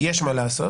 יש מה לעשות,